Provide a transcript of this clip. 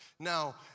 Now